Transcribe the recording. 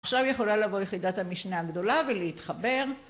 ‫עכשיו יכולה לבוא יחידת המשנה ‫הגדולה ולהתחבר.